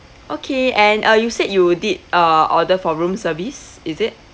okay and uh you said you did uh order for room service is it